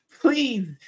please